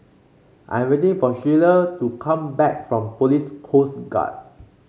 I'm waiting for Shelia to come back from Police Coast Guard